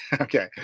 Okay